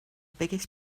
biggest